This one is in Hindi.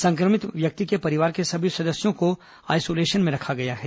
संक्रमित व्यक्ति के परिवार के सभी सदस्यों को आइसोलेशन में रखा गया है